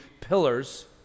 pillars